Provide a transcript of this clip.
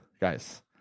guys